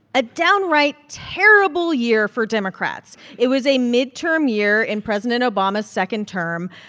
a downright terrible year for democrats. it was a midterm year in president obama's second term.